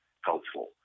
helpful